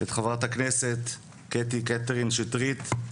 את חברת הכנסת קטי קטרין שטרית,